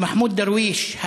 את מחמוד דרוויש,